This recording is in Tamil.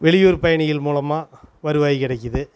வெளியூர் பயணிகள் மூலமாக வருவாய் கிடைக்குது